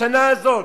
לשנה הזאת,